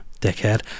dickhead